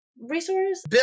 resource